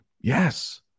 yes